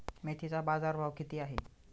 मेथीचा बाजारभाव किती आहे?